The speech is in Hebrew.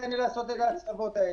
אי-אפשר יהיה לעשות את הצלבות האלו.